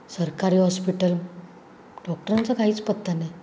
सरकारी हॉस्पिटल डॉक्टरांचा काहीच पत्ता नाही